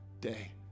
day